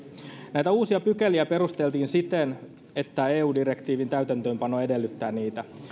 näitä uusia pykäliä perusteltiin siten että eu direktiivin täytäntöönpano edellyttää niitä